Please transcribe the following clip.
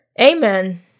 Amen